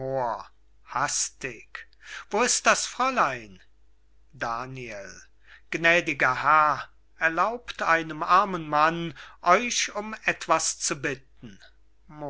wo ist das fräulein daniel gnädiger herr erlaubt einem armen mann euch um etwas zu bitten